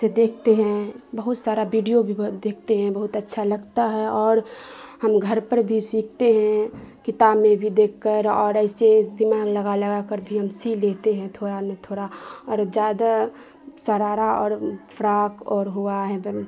دیکھتے ہیں بہت سارا بیڈیو بھی بہت دیکھتے ہیں بہت اچھا لگتا ہے اور ہم گھر پر بھی سیکھتے ہیں کتاب میں بھی دیکھ کر اور ایسے دماغ لگا لگا کر بھی ہم سی لیتے ہیں تھوڑا نہ تھوڑا اور زیادہ شرارا اور فراک اور ہوا ہے